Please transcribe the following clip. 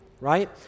right